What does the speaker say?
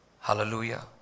Hallelujah